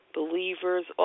Believers